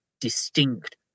distinct